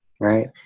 right